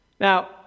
Now